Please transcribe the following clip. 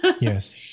yes